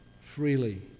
freely